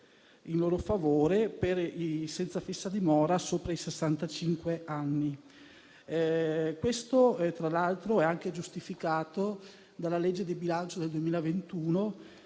in loro favore, per i senza fissa dimora sopra i sessantacinque anni. Questo, tra l'altro, è anche giustificato dalla legge di bilancio per il